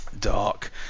dark